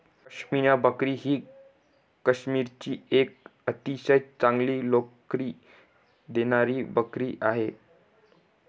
पश्मिना बकरी ही काश्मीरची एक अतिशय चांगली लोकरी देणारी बकरी आहे